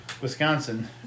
Wisconsin